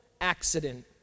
accident